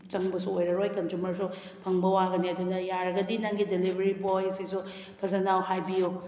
ꯆꯪꯕꯁꯨ ꯑꯣꯏꯔꯔꯣꯏ ꯀꯟꯖꯨꯃꯔꯁꯨ ꯐꯪꯕ ꯋꯥꯒꯅꯤ ꯑꯗꯨꯅ ꯌꯥꯔꯒꯗꯤ ꯅꯪꯒꯤ ꯗꯦꯂꯤꯕꯔꯤ ꯕꯣꯏꯁꯤꯁꯨ ꯐꯖꯅ ꯍꯥꯏꯕꯤꯎ